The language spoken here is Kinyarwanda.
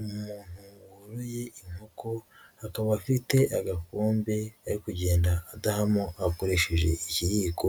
Umuntu woroye inkoko akaba afite agakombe ari kugenda adahamo akoresheje ikiyiko,